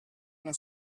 una